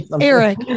Eric